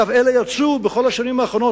אגב, אלה יצאו בכל השנים האחרונות.